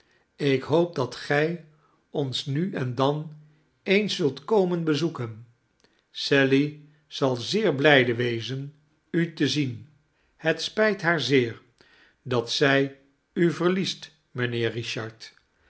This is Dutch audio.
ik hoop dat gij ons nu en dan eens zult komen bezoeken sally zal zeer blijde wezen u te zien het spijt haar zeer dat zij u verliest mijnheer richard